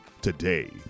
today